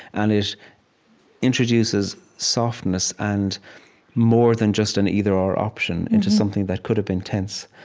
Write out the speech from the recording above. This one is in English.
and it introduces softness and more than just an either or option into something that could have been tense.